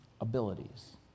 abilities